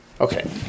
Okay